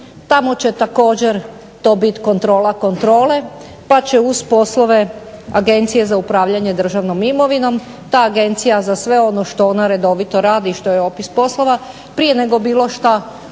Tamo će također to biti kontrola kontrole pa će uz poslove Agencije za upravljanje državnom imovinom ta Agencija za sve ono što ona redovito radi i što joj je opis poslova prije nego bilo što